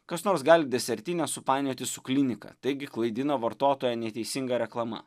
kas nors gali desertinę supainioti su klinika taigi klaidina vartotoją neteisinga reklama